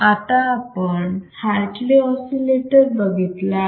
आता आपण Hartley oscillator बघितला आहे